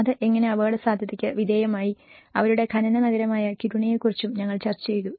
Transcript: അത് എങ്ങനെ അപകടസാധ്യതയ്ക്ക് വിധേയമായി അവരുടെ ഖനന നഗരമായ കിരുണയെക്കുറിച്ചും ഞങ്ങൾ ചർച്ച ചെയ്തു